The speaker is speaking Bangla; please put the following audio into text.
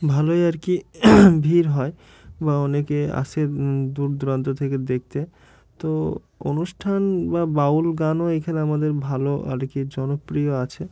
ভালোই আর কি ভিড় হয় বা অনেকে আসে দূর দূরান্ত থেকে দেখতে তো অনুষ্ঠান বা বাউল গানও এখানে আমাদের ভালো আর কি জনপ্রিয় আছে